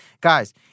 guys